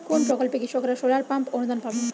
কোন প্রকল্পে কৃষকরা সোলার পাম্প অনুদান পাবে?